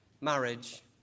marriage